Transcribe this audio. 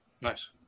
Nice